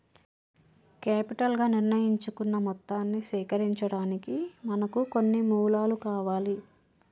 capital గా నిర్ణయించుకున్న మొత్తాన్ని సేకరించడానికి మనకు కొన్ని మూలాలు కావాలి